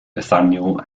nathaniel